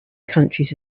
countries